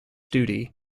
duty